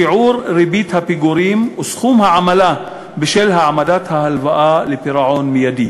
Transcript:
שיעור ריבית הפיגורים וסכום העמלה בשל העמדת ההלוואה לפירעון מיידי.